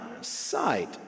sight